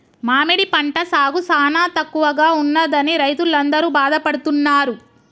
మామిడి పంట సాగు సానా తక్కువగా ఉన్నదని రైతులందరూ బాధపడుతున్నారు